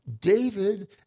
David